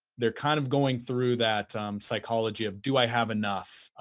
they're kind of going through that psychology of do i have enough?